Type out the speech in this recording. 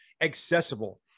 accessible